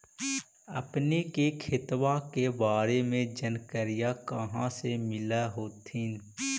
अपने के खेतबा के बारे मे जनकरीया कही से मिल होथिं न?